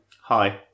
Hi